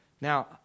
Now